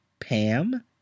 Pam